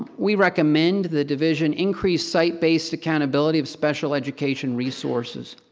we recommend the division increase site-based accountability of special education resources.